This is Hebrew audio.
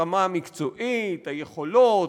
הרמה המקצועית, היכולות,